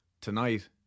Tonight